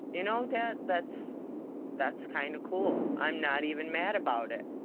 you know, dad, that's that's kind of cool. i'm not even mad about it.